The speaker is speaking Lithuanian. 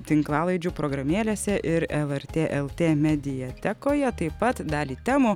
tinklalaidžių programėlėse ir lrt lt mediatekoje taip pat dalį temų